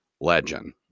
legend